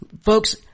Folks